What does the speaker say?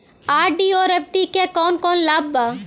RD और FD क कौन कौन लाभ बा?